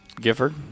Gifford